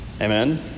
Amen